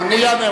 שהקפאתם?